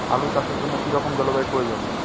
আলু চাষের জন্য কি রকম জলবায়ুর প্রয়োজন?